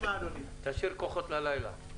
תשאיר כוחות ללילה.